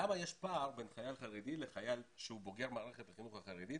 למה יש פער בין חייל חרדי לחייל שהוא בוגר מערכת החינוך החרדית?